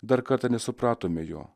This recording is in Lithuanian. dar kartą nesupratome jo